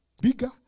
bigger